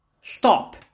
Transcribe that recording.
stop